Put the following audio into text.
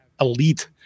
elite –